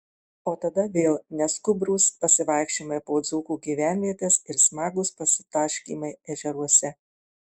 o tada vėl neskubrūs pasivaikščiojimai po dzūkų gyvenvietes ir smagūs pasitaškymai ežeruose